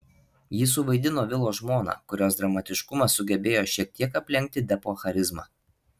ji suvaidino vilo žmoną kurios dramatiškumas sugebėjo šiek tiek aplenkti depo charizmą